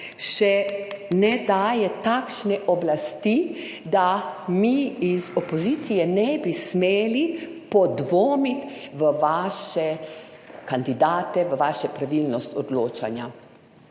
še ne daje takšne oblasti, da mi iz opozicije ne bi smeli podvomiti v vaše kandidate, v vašo pravilnosti odločanja.